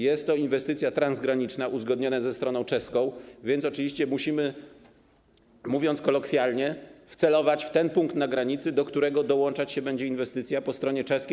Jest to inwestycja transgraniczna, uzgodniona ze stroną czeską, więc oczywiście musimy, mówiąc kolokwialnie, wcelować w ten punkt na granicy, do którego dołączać się będzie inwestycja po stronie czeskiej.